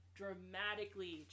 dramatically